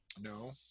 No